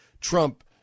Trump